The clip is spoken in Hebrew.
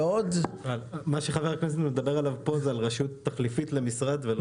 מה שחבר הכנסת מדבר עליו פה זה על רשות תחליפית למשרד.